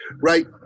Right